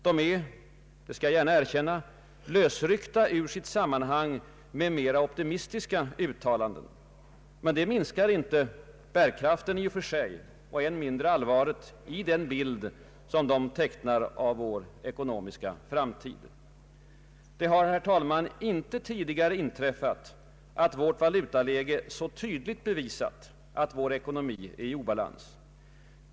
De är — det skall jag gärna erkänna — lösryckta ur sitt sam manhang med mera optimistiska uttalanden, men det minskar inte bärkraften i och för sig och än mindre allvaret i den bild som de tecknar av vår ekonomiska framtid. Det har, herr talman, inte tidigare inträffat att vårt valutaläge så tydligt bevisat att vår ekonomi är i obalans.